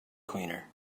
cleaner